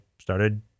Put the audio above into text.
started